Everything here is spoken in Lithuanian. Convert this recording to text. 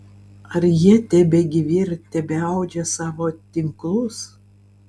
ar jie tebegyvi ir tebeaudžia savo tinklus